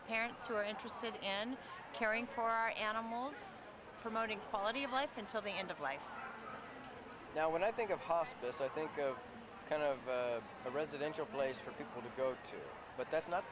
parents who are interested in caring for animals promoting quality of life until the end of life now when i think of hospice i think of kind of a residential place for people to go to but that's not